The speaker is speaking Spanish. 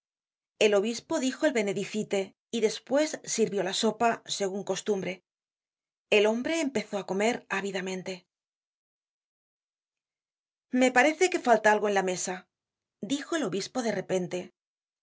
el obispo dijo el benedicite y despues sirvió la sopa segun su costumbre el hombre empezó á comer ávidamente me parece que falta algo en la mesa dijo el obispo de repente la